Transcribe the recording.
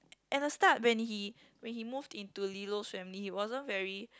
and the start when he when he move into Lilo's family he wasn't very